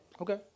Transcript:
Okay